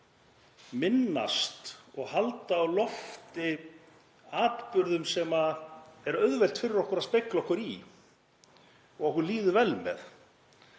minnast og halda á lofti atburðum sem er auðvelt fyrir okkur að spegla okkur í og okkur líður vel með.